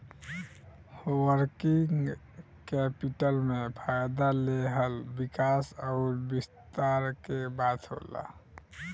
working capital में फ़ायदा लेहल विकास अउर विस्तार के बात होला